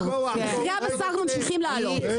מחירי הבשר ממשיכים לעלות.